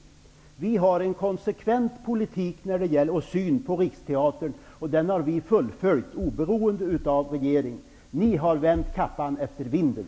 Vi har en konsekvent politik och syn när det gäller Riksteatern, som vi har fullföljt oberoende av regering. Ni har vänt kappan efter vinden.